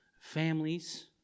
families